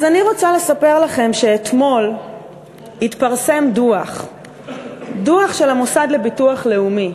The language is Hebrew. אז אני רוצה לספר לכם שאתמול התפרסם דוח של המוסד לביטוח לאומי,